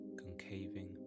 concaving